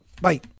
bye